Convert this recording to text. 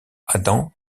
adam